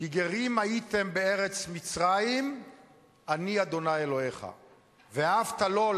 "כי גרים הייתם בארץ מצרים אני ה' אלהיכם"; ואהבת לו,